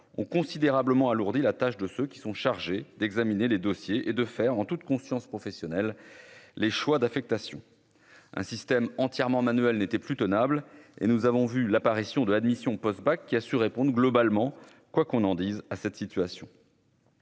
ont considérablement alourdi la tâche de ceux qui sont chargés d'examiner les dossiers et de faire en toute conscience professionnelle, les choix d'affectation, un système entièrement Manuel n'était plus tenable et nous avons vu l'apparition de l'admission post- bac qui assure répondent globalement, quoi qu'on en dise, à cette situation.